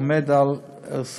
עומד על 24.9,